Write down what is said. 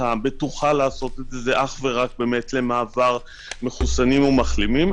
הבטוחה לעשות את זה היא אך ורק למעבר מחוסנים ומחלימים,